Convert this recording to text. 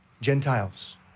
Gentiles